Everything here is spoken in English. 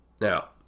Now